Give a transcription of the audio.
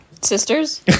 Sisters